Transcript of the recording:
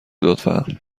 لطفا